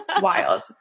wild